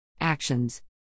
Actions